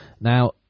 Now